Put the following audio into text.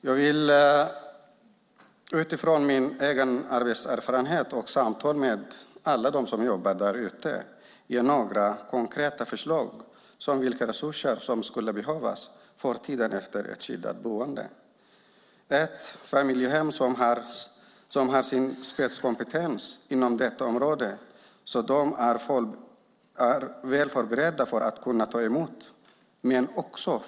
Fru talman! Jag vill utifrån min arbetserfarenhet och mina samtal med dem som jobbar där ute ge några konkreta förslag på vilka resurser som skulle behövas för tiden efter skyddat boende. För det första behövs familjehem som har spetskompetens inom detta område så att de är väl förberedda att ta emot dessa flickor och kan förstå dem.